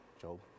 Job